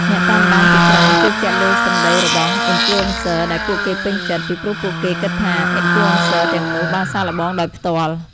អ្នកតាមដានជាច្រើនជឿជាក់លើសម្ដីរបស់ អុីនផ្លូអេនសឹ ដែលពួកគេពេញចិត្ត ពីព្រោះពួកគេគិតថា អុីនផ្លូអេនសឹ ទាំងនោះបានសាកល្បងដោយផ្ទាល់។